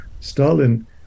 Stalin